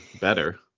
better